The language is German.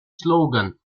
slogan